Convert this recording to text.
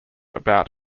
about